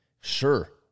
sure